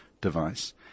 device